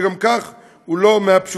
שגם כך הוא לא מהפשוטים.